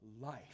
life